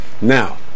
Now